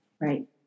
Right